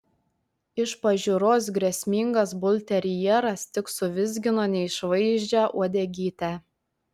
iš pažiūros grėsmingas bulterjeras tik suvizgino neišvaizdžią uodegytę